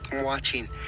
Watching